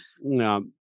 No